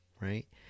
right